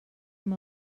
amb